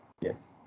yes